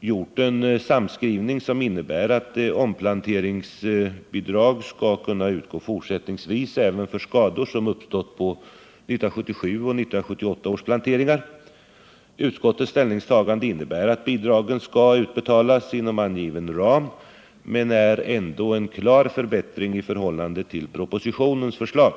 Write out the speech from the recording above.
gjort en samskrivning, som innebär att omplanteringsbidrag skall kunna utgå fortsättningsvis även för skador som uppstått på 1977 och 1978 års planteringar. Utskottets ställningstagande innebär att bidragen skall utbetalas inom angiven ram men är ändå en klar förbättring i förhållande till propositionens förslag.